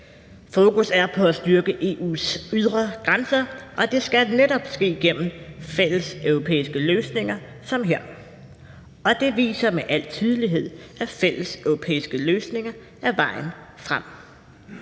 Fokus er på at styrke EU's ydre grænser, og det skal netop ske gennem fælleseuropæiske løsninger som her, og det viser med al tydelighed, at fælleseuropæiske løsninger er vejen frem.